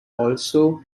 also